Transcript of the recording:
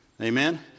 Amen